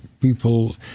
people